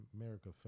america